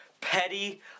petty